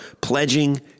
pledging